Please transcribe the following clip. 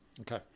Okay